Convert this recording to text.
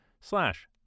slash